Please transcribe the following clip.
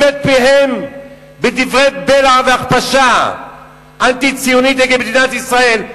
את פיהם בדברי בלע והכפשה אנטי-ציונית נגד מדינת ישראל,